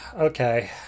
Okay